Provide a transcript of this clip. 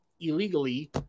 illegally